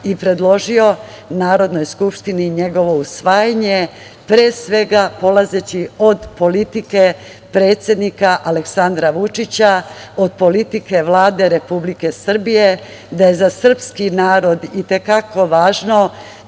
i predložio Narodnoj skupštini njegovo usvajanje, pre svega, polazeći od politike predsednika Aleksandra Vučića, od politike Vlade Republike Srbije da je za srpski narod i te kako važno